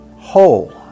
whole